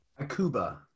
Akuba